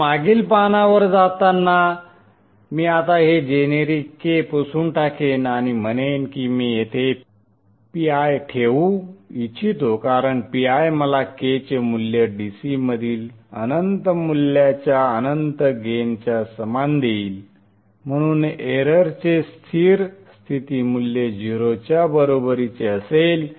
तर मागील पानावर परत जाताना मी आता हे जेनेरिक k पुसून टाकेन आणि म्हणेन की मी येथे PI ठेवू इच्छितो कारण PI मला k चे मूल्य DC मधील अनंत मूल्याच्या अनंत गेनच्या समान देईल म्हणून एररचे स्थिर स्थिती मूल्य 0 च्या बरोबरीचे असेल